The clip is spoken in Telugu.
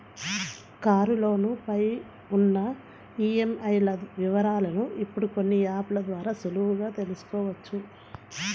కారులోను పై ఉన్న ఈఎంఐల వివరాలను ఇప్పుడు కొన్ని యాప్ ల ద్వారా సులువుగా తెల్సుకోవచ్చు